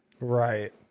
right